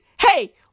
hey